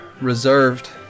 reserved